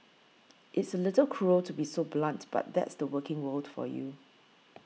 it's a little cruel to be so blunt but that's the working world for you